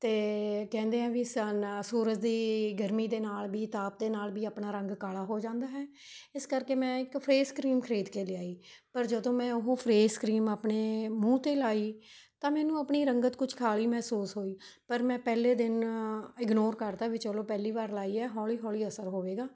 ਅਤੇ ਕਹਿੰਦੇ ਆ ਵੀ ਸਨ ਸੂਰਜ ਦੀ ਗਰਮੀ ਦੇ ਨਾਲ਼ ਵੀ ਤਾਪ ਦੇ ਨਾਲ਼ ਵੀ ਆਪਣਾ ਰੰਗ ਕਾਲਾ ਹੋ ਜਾਂਦਾ ਹੈ ਇਸ ਕਰਕੇ ਮੈਂ ਇੱਕ ਫੇਸ ਕਰੀਮ ਖਰੀਦ ਕੇ ਲਿਆਈ ਪਰ ਜਦੋਂ ਮੈਂ ਉਹ ਫੇਸ ਕਰੀਮ ਆਪਣੇ ਮੂੰਹ 'ਤੇ ਲਗਾਈ ਤਾਂ ਮੈਨੂੰ ਆਪਣੀ ਰੰਗਤ ਕੁਝ ਕਾਲੀ ਮਹਿਸੂਸ ਹੋਈ ਪਰ ਮੈਂ ਪਹਿਲੇ ਦਿਨ ਇਗਨੋਰ ਕਰਤਾ ਵੀ ਚਲੋ ਪਹਿਲੀ ਵਾਰ ਲਗਾਈ ਹੈ ਹੌਲ਼ੀ ਹੌਲ਼ੀ ਅਸਰ ਹੋਵੇਗਾ